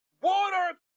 Water